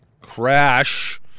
crash